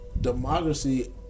democracy